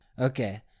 Okay